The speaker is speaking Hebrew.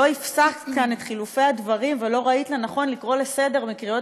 לא הפסקת כאן את חילופי הדברים ולא ראית לנכון לקרוא לסדר בקריאות